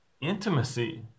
intimacy